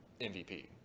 MVP